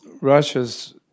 Russia's